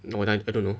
no I I don't know